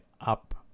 up